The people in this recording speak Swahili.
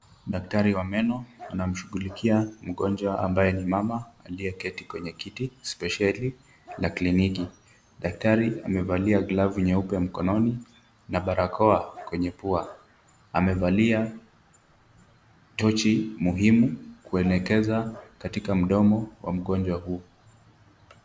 Daktari wa meno anamshughulikia mgonjwa ambaye ni mama aliyeketi kwenye kiti spesheli la kliniki. Daktari amevalia glavu nyeupe mkononi na barakoa kwenye pua. Amevalia tochi muhimu kuenekeza katika mdomo wa mgonjwa huu.